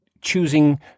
choosing